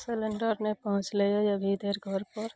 cylinder नहि पहुँचलइए अभी धरि घरपर